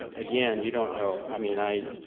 again, you don't know i mean, i.